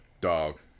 Dog